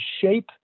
shape